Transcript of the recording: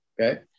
Okay